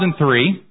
2003